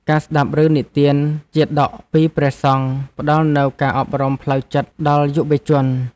ការស្តាប់រឿងនិទានជាតកពីព្រះសង្ឃ ផ្តល់នូវការអប់រំផ្លូវចិត្តដល់យុវជន។